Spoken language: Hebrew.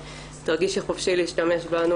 תרגישי חופשי להשתמש בנו,